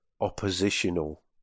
oppositional